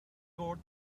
door